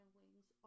wings